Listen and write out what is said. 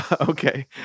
Okay